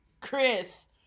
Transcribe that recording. Chris